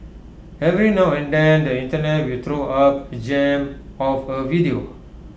every now and then the Internet will throw up A gem of A video